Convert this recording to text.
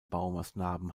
baumaßnahmen